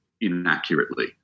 inaccurately